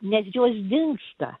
nes jos dingsta